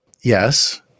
Yes